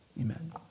Amen